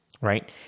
right